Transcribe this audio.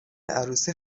عروسی